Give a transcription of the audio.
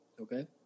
Okay